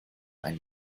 einen